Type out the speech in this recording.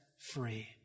free